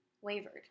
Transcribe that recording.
wavered